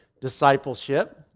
discipleship